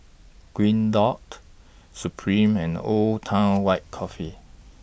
Green Dot Supreme and Old Town White Coffee